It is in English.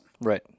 Right